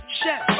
chef